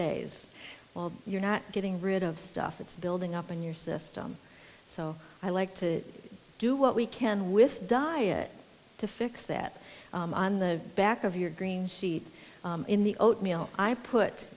days you're not getting rid of stuff it's building up in your system so i like to do what we can with diet to fix that on the back of your green sheet in the oatmeal i